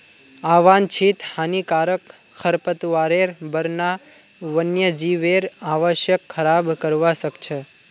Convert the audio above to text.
आवांछित हानिकारक खरपतवारेर बढ़ना वन्यजीवेर आवासक खराब करवा सख छ